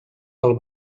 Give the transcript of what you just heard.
pel